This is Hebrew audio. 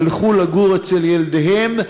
הלכו לגור אצל ילדיהם,